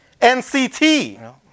NCT